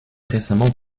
récemment